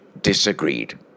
disagreed